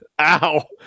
ow